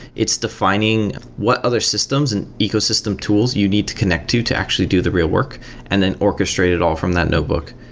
it's defining what other systems and ecosystem tools you need to connect to to actually do the real work and then orchestrate it all from that notebook.